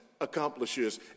accomplishes